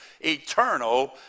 eternal